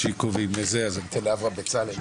אברהם בצלאל.